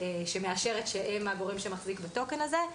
שמאשרת שהן הגורם שמחזיק בטוקן הזה.